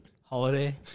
holiday